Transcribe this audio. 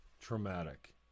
traumatic